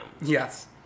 Yes